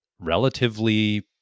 relatively